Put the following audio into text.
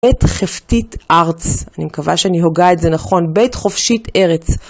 בית חפתית ארץ, אני מקווה שאני הוגה את זה נכון, בית חופשית ארץ.